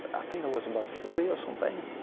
i think there was about forty or something,